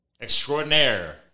extraordinaire